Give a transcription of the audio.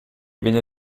viene